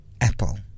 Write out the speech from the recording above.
apple